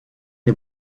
les